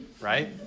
right